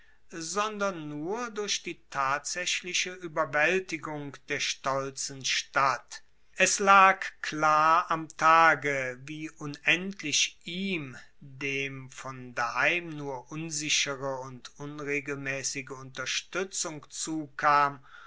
sondern nur durch die tatsaechliche ueberwaeltigung der stolzen stadt es lag klar am tage wie unendlich ihm dem von daheim nur unsichere und unregelmaessige unterstuetzung zukam